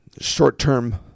short-term